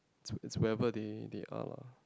is it's wherever they they are lah